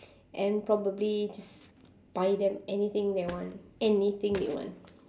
and probably just buy them anything they want anything they want